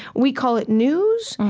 we call it news.